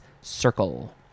circle